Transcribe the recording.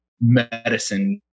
medicine